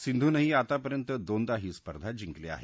सिंधुनही आतापर्यंत दोनदा ही स्पर्धा जिंकली आहे